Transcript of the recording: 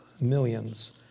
millions